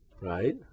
right